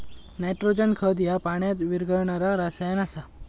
nitrogen खत ह्या पाण्यात विरघळणारा रसायन आसा